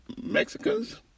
Mexicans